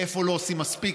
איפה לא עושים מספיק,